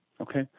Okay